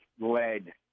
led